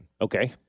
Okay